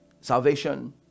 salvation